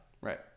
right